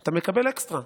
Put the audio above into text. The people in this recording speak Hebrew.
אתה מקבל אקסטרה.